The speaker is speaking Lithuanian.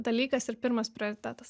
dalykas ir pirmas prioritetas